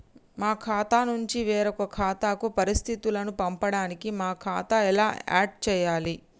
మా ఖాతా నుంచి వేరొక ఖాతాకు పరిస్థితులను పంపడానికి మా ఖాతా ఎలా ఆడ్ చేయాలి?